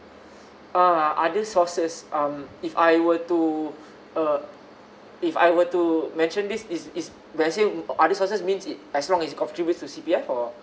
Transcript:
ah other sources um if I were to uh if I were to mention this is is will I say other sources means is as long it's contributes to C_P_F or